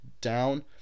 down